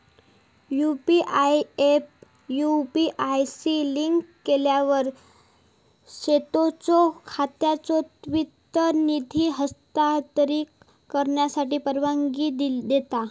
UPI app UPI शी link केलेल्या सोताचो खात्यात त्वरित निधी हस्तांतरित करण्याची परवानगी देता